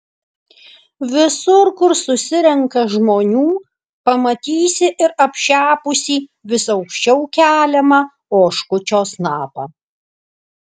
visur kur susirenka žmonių pamatysi ir apšepusį vis aukščiau keliamą oškučio snapą